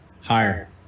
Higher